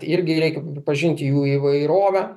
irgi reikia pripažinti jų įvairovę